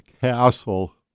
Castle